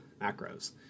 macros